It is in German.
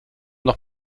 doch